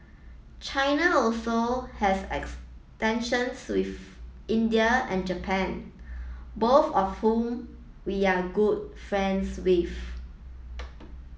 China also has extensions with India and Japan both of whom we are good friends with